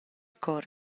cor